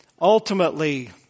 ultimately